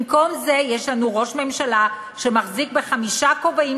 במקום זה יש לנו ראש ממשלה שמחזיק בחמישה כובעים